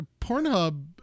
Pornhub